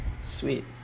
sweet